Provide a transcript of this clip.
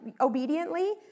obediently